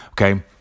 Okay